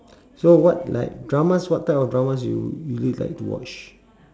so what like dramas what type of dramas you usually like to watch